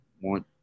want